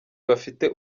bafite